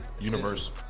Universe